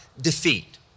defeat